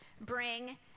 bring